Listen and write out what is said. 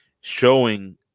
showing